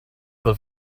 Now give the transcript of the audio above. but